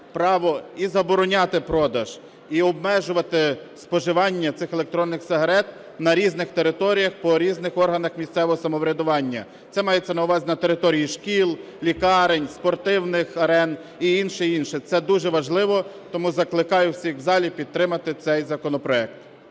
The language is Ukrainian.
право і забороняти продаж, і обмежувати споживання цих електронних сигарет на різних територіях, по різних органах місцевого самоврядування. Це мається на увазі на території шкіл, лікарень, спортивних арен і інше, інше. Це дуже важливо, тому закликаю всіх в залі підтримати цей законопроект.